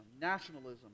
nationalism